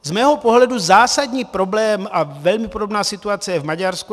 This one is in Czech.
Z mého pohledu zásadní problém, a velmi podobná situace je v Maďarsku.